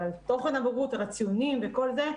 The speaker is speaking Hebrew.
אבל על תוכן הבגרות על הציונים וכל זה,